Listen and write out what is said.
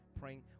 praying